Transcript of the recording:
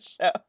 show